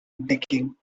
digging